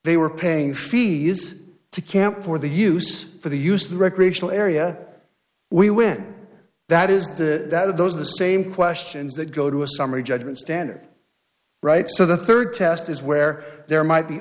they were paying fees to camp for the use for the used recreational area we when that is the that are those are the same questions that go to a summary judgment standard right so the third test is where there might be